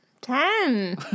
Ten